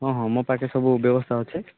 ହଁ ହଁ ମୋ ପାଖେ ସବୁ ବ୍ୟବସ୍ଥା ଅଛି